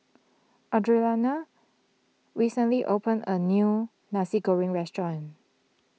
Audrianna recently opened a new Nasi Goreng restaurant